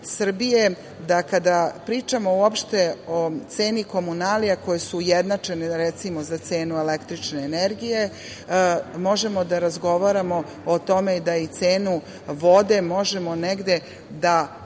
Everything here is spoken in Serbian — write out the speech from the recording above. da, kada pričamo uopšte o ceni komunalija koje su ujednačene za cenu električne energije, možemo da razgovaramo o tome da i cenu vode možemo da prognoziramo